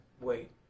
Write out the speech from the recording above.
wait